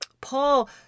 Paul